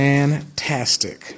Fantastic